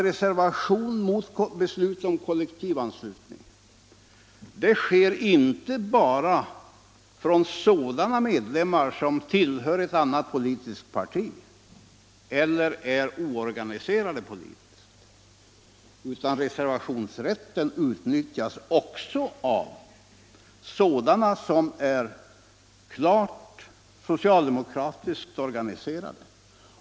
Reservation mot beslut om kollektivanslutning sker inte bara från sådana medlemmar som tillhör ett annat politiskt parti eller är oorganiserade politiskt, utan reservationsrätten utnyttjas också av sådana som är klart socialdemokratiskt organiserade.